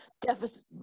deficit